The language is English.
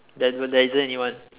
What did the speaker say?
there there isn't anyone